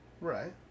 Right